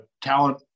talent